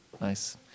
Nice